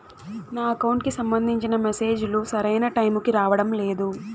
నా అకౌంట్ కి సంబంధించిన మెసేజ్ లు సరైన టైముకి రావడం లేదు